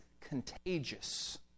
contagious